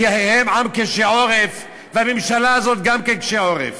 כי הם עם קשה עורף והממשלה הזאת גם קשת עורף.